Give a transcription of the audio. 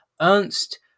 Ernst